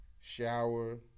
shower